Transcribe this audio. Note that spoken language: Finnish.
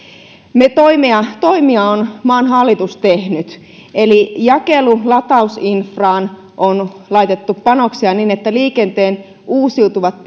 toimia toimia on maan hallitus tehnyt eli jakelu latausinfraan on laitettu panoksia niin että liikenteen uusiutuvat